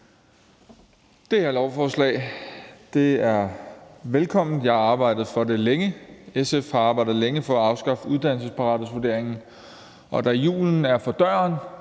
Det her lovforslag er velkomment. Jeg har arbejdet for det længe. SF har længe arbejdet for at afskaffe uddannelsesparathedsvurderingen, og da julen står for døren,